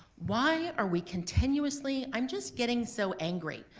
why are we continuously, i'm just getting so angry.